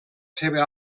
seva